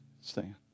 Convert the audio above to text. Stand